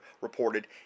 reported